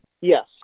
yes